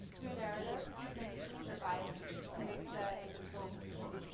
through a narrative, we can change our biases and make the invisible visible.